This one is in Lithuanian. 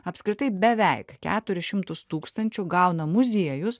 apskritai beveik keturis šimtus tūkstančių gauna muziejus